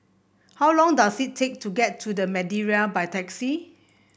how long does it take to get to The Madeira by taxi